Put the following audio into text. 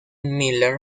miller